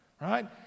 right